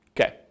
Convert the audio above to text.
Okay